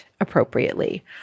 appropriately